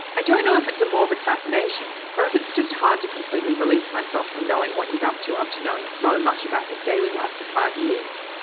i don't know if it's a morbid fascination or if it's just hard to completely release myself from knowing what he's up to after knowing so much about his daily life for five years.